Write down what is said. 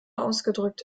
ausgedrückt